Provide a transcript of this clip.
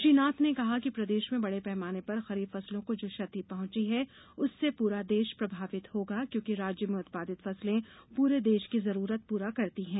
श्री नाथ ने कहा कि प्रदेश में बड़े पैमाने पर खरीफ फसलों को जो क्षति पहुँची है उससे पूरा देश प्रभावित होगा क्योंकि राज्य में उत्पादित फसलें पूरे देश की जरूरत पूरी करती हैं